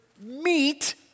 meet